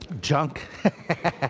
Junk